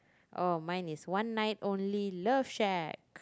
oh mine is one night only love shack